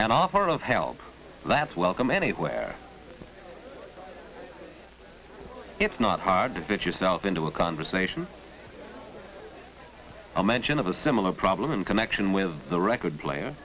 and offer of help that's welcome any where it's not hard to fit yourself into a conversation a mention of a similar problem in connection with the record player